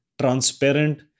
transparent